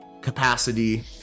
capacity